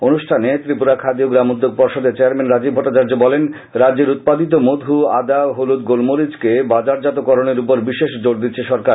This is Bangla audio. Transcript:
অনুষ্ঠানে ত্রিপুরা খাদি ও গ্রামোদ্যোগ পর্ষদের চেয়ারম্যান রাজীব ভট্টাচার্য বলেন রাজ্যের উৎপাদিত মধু আদা হলুদ গোলমরিচকে বাজারজাত করনের উপর বিশেষ জোর দিচ্ছে সরকার